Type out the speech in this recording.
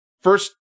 First